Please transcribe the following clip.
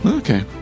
okay